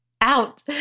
out